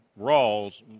Rawls